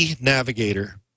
Navigator